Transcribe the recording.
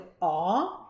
awe